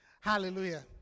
hallelujah